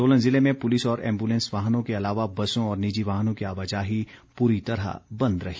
सोलन ज़िले में पुलिस और एम्बुलेंस वाहनों के अलावा बसों व निजी वाहनों की आवाजाही पूरी तरह बंद रही